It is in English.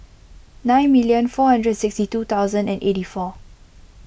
nine million four hundred sixty two thousand and eighty four